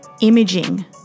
imaging